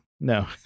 No